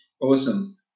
Awesome